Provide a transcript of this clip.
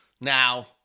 now